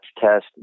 test